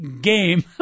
game